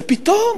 ופתאום,